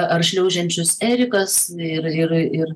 ar šliaužiančius erikas ir ir ir